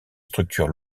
structures